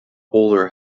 older